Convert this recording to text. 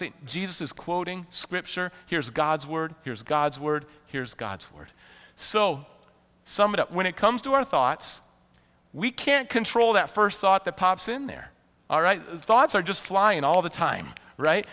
jesus is quoting scripture here's god's word here's god's word here's god's word so sum it up when it comes to our thoughts we can't control that first thought that pops in there all right thoughts are just flying all the time right